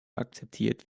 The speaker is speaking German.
akzeptiert